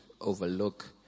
overlook